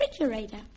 refrigerator